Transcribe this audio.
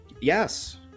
Yes